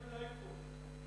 מה הבעיה להוריד אותו?